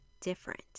different